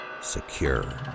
Secure